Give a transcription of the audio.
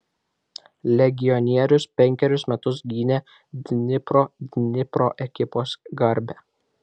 legionierius penkerius metus gynė dnipro dnipro ekipos garbę